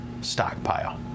stockpile